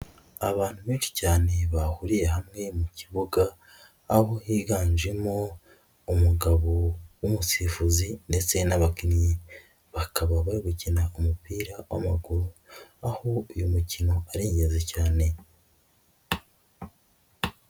Abantu benshi cyane bahuriye hamwe mu kibuga, aho higanjemo umugabo w'umusifuzi, ndetse n'abakinnyi bakaba bari gukina umupira w'amaguru, aho uyu mukino ari ingenzi cyane.